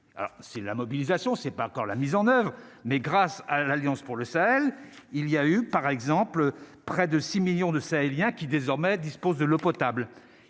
c'est la mobilisation, c'est pas encore la mise en oeuvre, mais grâce à l'alliance pour le Sahel il y a eu, par exemple, près de 6 millions de sahéliens qui désormais disposent de l'eau potable,